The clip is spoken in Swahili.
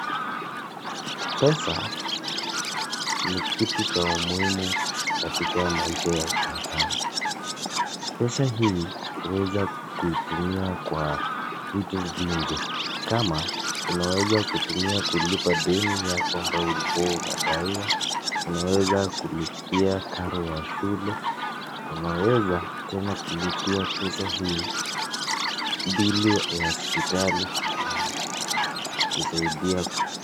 Pesa ni kitu cha muhimu katika maisha ya binadamu. Pesa hii huweza kuitumia kwa vitu vingi. Kama unaweza kutumia kulipa deni yako ambayo ulikuwa unadaiwa. Unaweza kulipia karo ya shule. Unaweza tena kulipia pesa hii bili ya hospitali na kukusaidia.